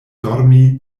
dormi